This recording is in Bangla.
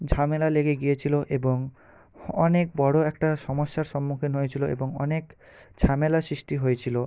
ঝামেলা লেগে গিয়েছিল এবং অনেক বড় একটা সমস্যার সম্মুখীন হয়েছিল এবং অনেক ঝামেলা সৃষ্টি হয়েছিল